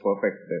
perfect